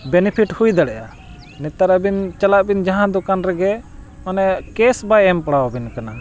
benefit ᱦᱩᱭ ᱫᱟᱲᱮᱭᱟᱜᱼᱟ ᱱᱮᱛᱟᱨ ᱟᱹᱵᱤᱱ ᱪᱟᱞᱟᱜ ᱵᱤᱱ ᱡᱟᱦᱟᱸ ᱫᱚᱠᱟᱱ ᱨᱮᱜᱮ ᱢᱟᱱᱮ ᱠᱮᱥ ᱵᱟᱭ ᱮᱢ ᱯᱟᱲᱟᱣ ᱟᱹᱵᱤᱱ ᱠᱟᱱᱟ